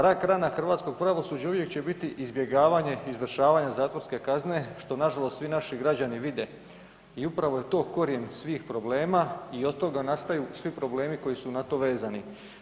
Rak rana hrvatskog pravosuđa uvijek će biti izbjegavanje izvršavanja zatvorske kazne što nažalost svi naši građani vide i upravo je to korijen svih problema i od toga nastaju svi problemi koji su na to vezani.